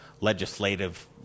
legislative